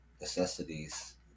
necessities